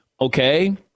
okay